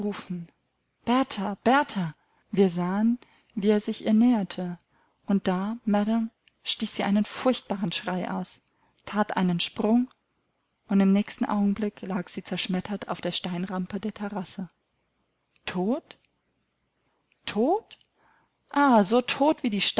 wir sahen wie er sich ihr näherte und da madam stieß sie einen furchtbaren schrei aus that einen sprung und im nächsten augenblick lag sie zerschmettert auf der steinrampe der terrasse tot tot ah so tot wie die